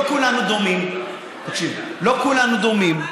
לא כולנו דומים.